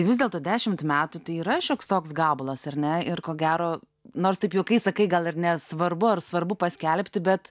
vis dėlto dešimt metų tai yra šioks toks gabalas ar ne ir ko gero nors taip juokais sakai gal ir nesvarbu ar svarbu paskelbti bet